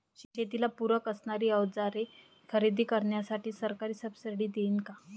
शेतीला पूरक असणारी अवजारे खरेदी करण्यासाठी सरकार सब्सिडी देईन का?